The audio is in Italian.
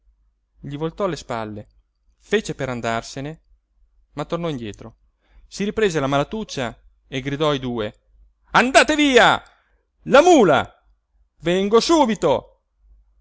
gli voltò le spalle fece per andarsene ma tornò indietro si riprese la malatuccia e gridò ai due andate via la mula vengo subito